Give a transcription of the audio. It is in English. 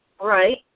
Right